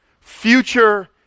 future